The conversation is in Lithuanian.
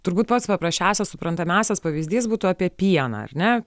turbūt pats paprasčiausias suprantamiausias pavyzdys būtų apie pieną ar ne